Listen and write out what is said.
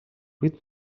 vuit